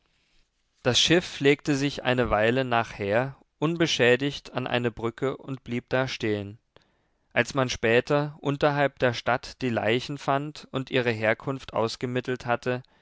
das schiff legte sich eine weile nachher unbeschädigt an eine brücke und blieb da stehen als man später unterhalb der stadt die leichen fand und ihre herkunft ausgemittelt hatte